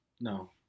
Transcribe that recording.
no